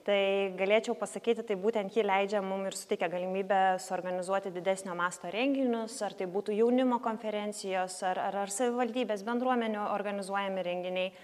tai galėčiau pasakyti tai būtent ji leidžia mum ir suteikia galimybę suorganizuoti didesnio masto renginius ar tai būtų jaunimo konferencijos ar ar savivaldybės bendruomenių organizuojami renginiai